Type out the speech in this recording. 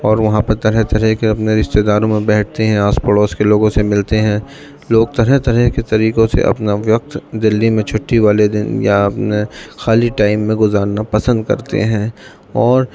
اور وہاں پر طرح طرح کے اپنے رشتے داروں میں بیٹھتے ہیں آس پڑوس کے لوگوں سے ملتے ہیں لوگ طرح طرح کے طریقوں سے اپنا وقت دلّی میں چھٹّی والے دن یا اپنے خالی ٹائم میں گزارنا پسند کرتے ہیں اور